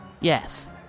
Yes